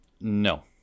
No